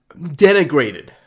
denigrated